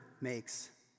makes